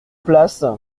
place